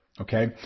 Okay